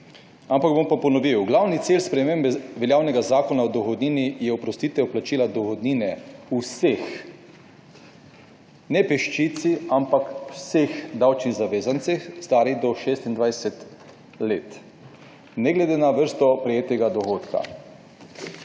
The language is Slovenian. Bom pa ponovil, glavni cilj spremembe veljavnega zakona o dohodnini je oprostitev plačila dohodnine vsem, ne peščici, ampak vsem davčnim zavezancem, starih do 26 let, ne glede na vrsto prejetega dohodka.